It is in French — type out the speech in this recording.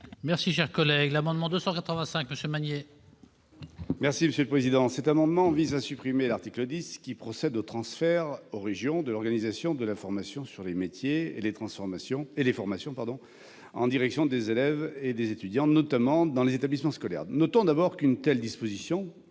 Magner, pour présenter l'amendement n° 285 rectifié. Cet amendement vise à supprimer l'article 10 qui procède au transfert aux régions de l'organisation de l'information sur les métiers et les formations en direction des élèves et des étudiants, notamment dans les établissements scolaires. Notons d'abord qu'une telle disposition